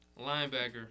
Linebacker